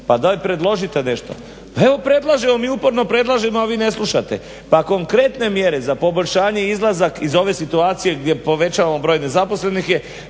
pa daj predložite nešto! Pa evo predlažemo, mi uporno predlažemo a vi ne slušate. Pa konkretne mjere za poboljšanje izlaza iz ove situacije gdje povećavamo broj nezaposlenih je